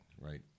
right